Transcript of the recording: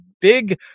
big